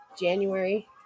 January